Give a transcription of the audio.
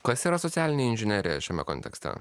kas yra socialinė inžinerija šiame kontekste